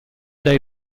dai